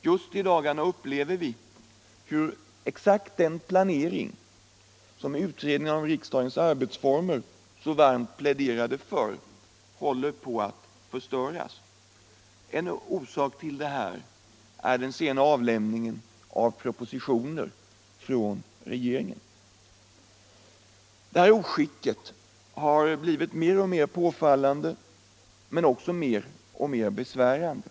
Just i dagarna upplever vi hur den planering, som utredningen om riksdagens arbetsformer så varmt pläderat för, håller på att förstöras. En orsak till detta är den sena avlämningen av propositioner från regeringen. Detta oskick har blivit mer och mer påfallande och mer och mer besvärande.